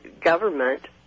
government